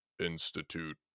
Institute